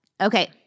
Okay